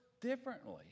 differently